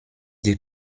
die